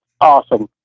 awesome